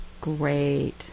Great